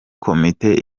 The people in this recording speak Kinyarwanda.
komite